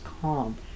calm